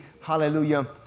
hallelujah